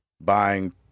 buying